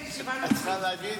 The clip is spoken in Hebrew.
השעון,